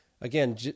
Again